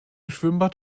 schwimmbad